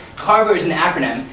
carver is an acronym.